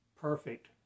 perfect